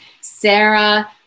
Sarah